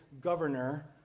governor